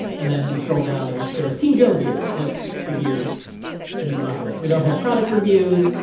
and then, we scroll down and it just goes, team joe gear, and it's the gear and you buy it. we don't have product reviews.